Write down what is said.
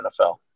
NFL